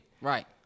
Right